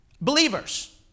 believers